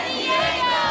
Diego